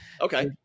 Okay